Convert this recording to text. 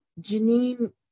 Janine